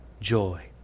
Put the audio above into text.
joy